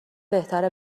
بهتره